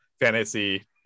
fantasy